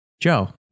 Joe